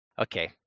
okay